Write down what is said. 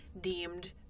deemed